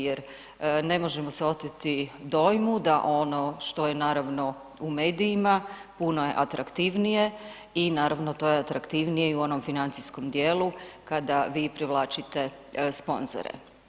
Jer ne možemo se oteti dojmu da ono što je naravno u medijima puno je atraktivnije i naravno to je atraktivnije i u onom financijskom dijelu kada vi privlačite sponzore.